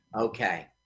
Okay